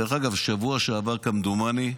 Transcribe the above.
דרך אגב, בשבוע שעבר, כמדומני,